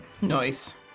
Nice